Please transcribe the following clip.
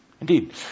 Indeed